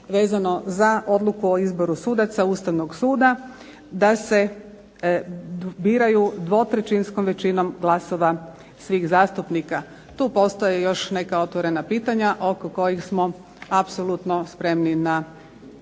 vezano za odluku o izboru sudaca Ustavnog suda da se biraju dvotrećinskom većinom glasova svih zastupnika. Tu postoje još neka otvorena pitanja oko kojih smo apsolutno spremni na razgovor.